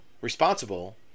responsible